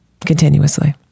continuously